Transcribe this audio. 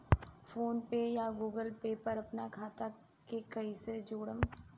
PhonePe या Google Pay पर अपना खाता के कईसे जोड़म?